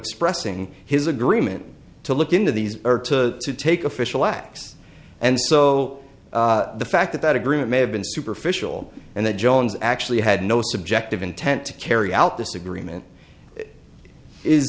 expressing his agreement to look into these or to take official acts and so the fact that that agreement may have been superficial and that jones actually had no subjective intent to carry out this agreement is